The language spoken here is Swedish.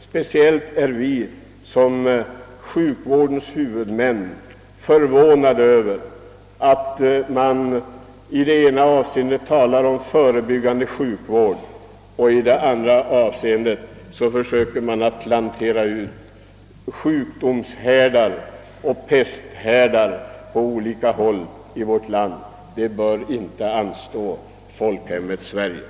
Speciellt är sjukvårdens huvudmän förvånade över att man å ena sidan talar om förebyggande sjukvård och å andra sidan försöker plantera ut sjukdomshärdar, ja pesthärdar, på olika håll i vårt land. Det anstår inte folkhemmet Sverige.